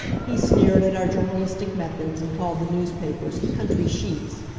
he sneered at our journalistic methods, and called the newspapers country sheets,